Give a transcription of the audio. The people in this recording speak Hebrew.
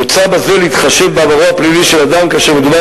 מוצע בזה להתחשב בעברו הפלילי של אדם כאשר מדובר